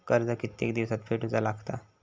कर्ज कितके दिवसात फेडूचा लागता?